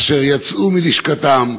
אשר יצאו מלשכתם,